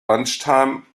lunchtime